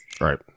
Right